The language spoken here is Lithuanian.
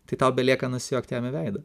tai tau belieka nusijuokt jam į veidą